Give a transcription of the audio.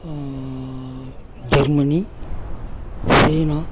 Germany China